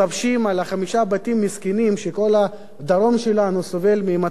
בתים מסכנים כשכל הדרום שלנו סובל ממצב של הפקרות